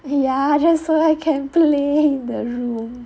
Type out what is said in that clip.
ya just so that I can play in the room